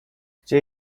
gdzie